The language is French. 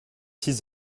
six